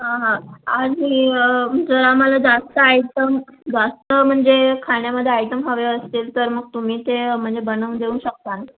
हां हां आणि मला जास्त आयटम जास्त म्हणजे खाण्यामध्ये आयटम हवे असतील तर मग तुम्ही ते म्हणजे बनवून देऊ शकता ना